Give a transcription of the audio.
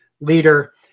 leader